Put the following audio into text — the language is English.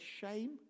shame